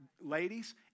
ladies